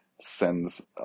sends